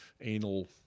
anal